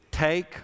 take